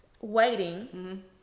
waiting